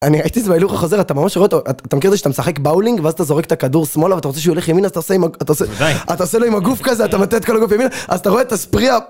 אני ראיתי את זה בהילוך החוזר, אתה ממש רואה אותו, אתה מכיר את זה שאתה משחק באולינג ואז אתה זורק את הכדור שמאלה ואתה רוצה שהוא יילך ימינה אז אתה עושה עם הגוף, אתה עושה לו עם הגוף כזה, אתה מטה את כל הגוף ימינה, אז אתה רואה את הספרי